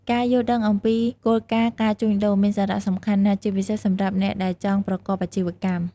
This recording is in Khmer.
ការយល់ដឹងអំពី គោលការណ៍ការជួញដូរ មានសារៈសំខាន់ណាស់ ជាពិសេសសម្រាប់អ្នកដែលចង់ប្រកបអាជីវកម្ម។